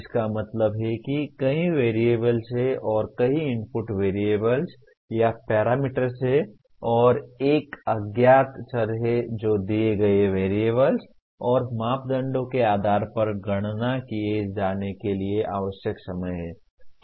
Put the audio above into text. इसका मतलब है कि कई वेरिएबल्स हैं और कई इनपुट वेरिएबल्स या पैरामीटर्स Parameters हैं और एक अज्ञात चर है जो दिए गए वेरिएबल्स और मापदंडों के आधार पर गणना किए जाने के लिए आवश्यक समय है